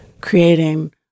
creating